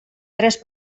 tres